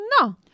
no